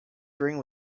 bring